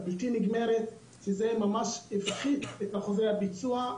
זה ממש הפחית את אחוזי הביצוע,